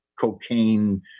cocaine